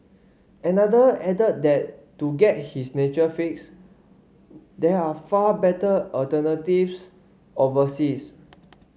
another added that to get his nature fix there are far better alternatives overseas